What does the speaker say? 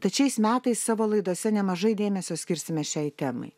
tad šiais metais savo laidose nemažai dėmesio skirsime šiai temai